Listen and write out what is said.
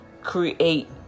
create